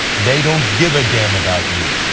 they don't give a damn about you.